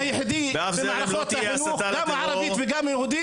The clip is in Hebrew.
בינתיים הזרם היחיד במערכות החינוך גם הערבית וגם היהודית